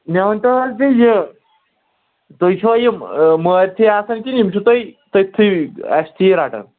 مےٚ ؤنۍتو حظ بیٚیہِ یہِ تُہۍ چھُوا یِم مأرۍتھٕے آسان کِنہٕ یِم چھُو تۄہہِ تٔتۍتھٕے اَسہِ تھی رَٹان